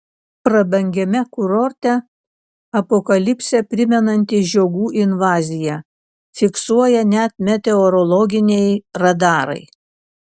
prabangiame kurorte apokalipsę primenanti žiogų invazija fiksuoja net meteorologiniai radarai